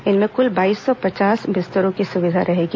इनमें कृल बाईस सौ पचास बिस्तरों की सुविधा रहेगा